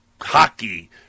hockey